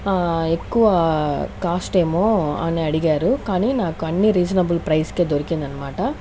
ఎక్కువ కాస్ట్ ఏమో అని అడిగారు కానీ నాకు అన్ని రీజనబుల్ ప్రైస్ కే దొరికిందన్నమాట